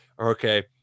okay